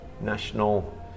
national